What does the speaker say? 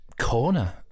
corner